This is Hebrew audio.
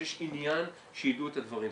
שיש עניין שיידעו את הדברים.